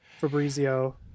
Fabrizio